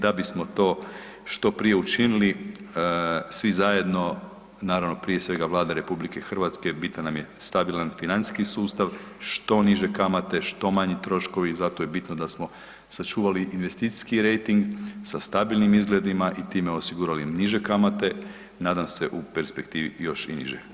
Da bismo to što prije učinili svi zajedno naravno prije svega Vlada RH bitan nam je stabilan financijski sustav, što niže kamate, što manji troškovi i zato je bitno da smo sačuvali investicijski rejting sa stabilnim izgledima i time osigurali niže kamate, nadam se u perspektivi još i niže.